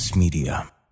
Media